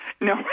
No